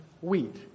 wheat